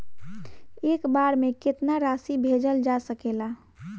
एक बार में केतना राशि भेजल जा सकेला?